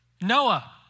Noah